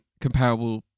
comparable